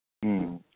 ꯎꯝ